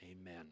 amen